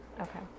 okay